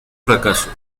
fracaso